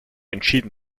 entschieden